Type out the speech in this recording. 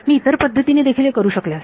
मी इतर पद्धतीने देखील हे करू शकले असते